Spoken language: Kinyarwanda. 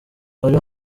bari